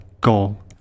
Goal